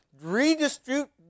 redistribute